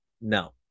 No